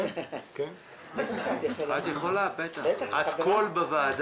מאחל הצלחה גדולה ומעביר לך את ניהול הישיבה.